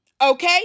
okay